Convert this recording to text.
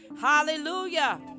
Hallelujah